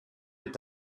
est